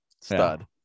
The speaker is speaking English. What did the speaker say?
stud